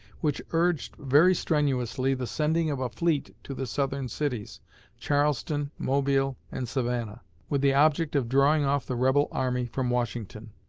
which urged very strenuously the sending of a fleet to the southern cities charleston, mobile, and savannah with the object of drawing off the rebel army from washington.